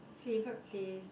favorite place